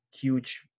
huge